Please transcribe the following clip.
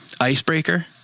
icebreaker